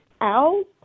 out